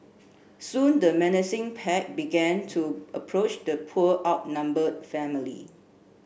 soon the menacing pack began to approach the poor outnumbered family